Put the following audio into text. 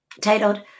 titled